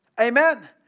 Amen